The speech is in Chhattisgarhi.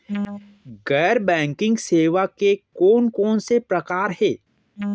गैर बैंकिंग सेवा के कोन कोन से प्रकार हे?